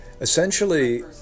Essentially